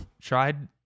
tried